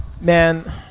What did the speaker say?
man